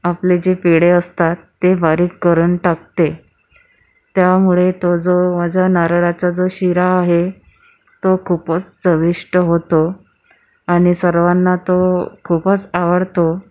आपले जे पेढे असतात ते बारीक करून टाकते त्यामुळे तो जो माझा नारळाचा जो शिरा आहे तो खूपच चविष्ट होतो आणि सर्वांना तो खूपच आवडतो